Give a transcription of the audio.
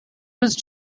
was